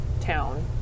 town